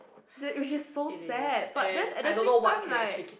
it's so sad at the same time like